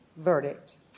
Verdict